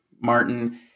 Martin